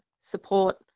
support